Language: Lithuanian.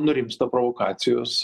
nurimsta provokacijos